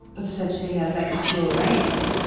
of such thing as like a pure race?